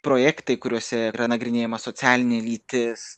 projektai kuriuose yra nagrinėjama socialinė lytis